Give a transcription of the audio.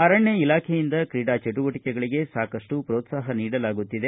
ಅರಣ್ಯ ಇಲಾಖೆಯಿಂದ ಕ್ರೀಡಾ ಚಟುವಟಕೆಗಳಿಗೆ ಸಾಕಪ್ಟು ಪ್ರೋತ್ಸಾಹ ನೀಡಲಾಗುತ್ತಿದೆ